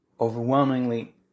overwhelmingly